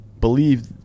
believe